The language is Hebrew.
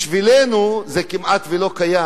בשבילנו זה כמעט לא קיים.